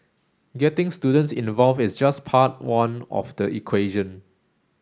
getting students involved is just part one of the equation